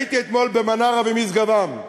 הייתי אתמול במנרה ומשגב-עם.